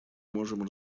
можем